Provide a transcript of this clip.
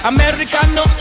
Americano